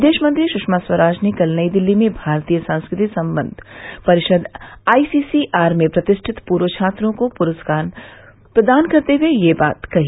विदेश मंत्री सुषमा स्वराज ने कल नई दिल्ली में भारतीय सांस्कृतिक संबंध परिषद आई सी सी आर में प्रतिष्ठित पूर्व छात्रों को पुरस्कार प्रदान करते हुए ये बात कही